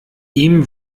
ihm